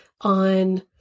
on